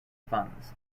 funds